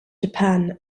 japan